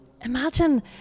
Imagine